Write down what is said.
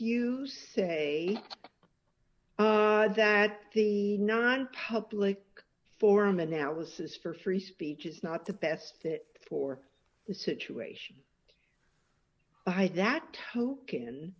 you say that the no one public forum analysis for free speech is not the best fit for the situation by that token